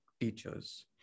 teachers